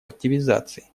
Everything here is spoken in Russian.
активизации